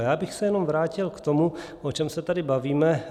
Já bych se jenom vrátil k tomu, o čem se tady bavíme.